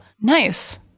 nice